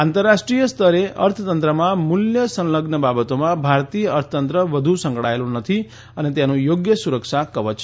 આંતરરાષ્રીતેય સ્તરે અર્થતંત્રમાં મૂલ્ય સંલઝ્ન બાબતોમાં ભારતીય અર્થતંત્ર વધુ સંકળાયેલું નથી અને તેનું યોગ્ય સુરક્ષા કવય છે